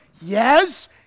yes